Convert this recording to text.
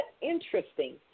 interesting